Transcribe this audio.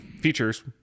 features